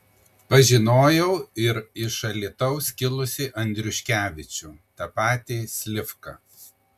pažinojau ir iš alytaus kilusį andriuškevičių tą patį slivką